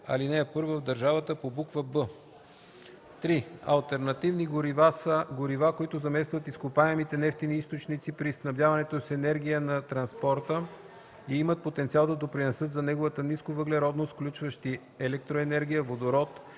ал. 1 в държавата по буква „б”. 3. „Алтернативни горива“ са горива, които заместват изкопаемите нефтени източници при снабдяването с енергия на транспорта и имат потенциал да допринесат за неговата нисковъглеродност, включващи електроенергия, водород,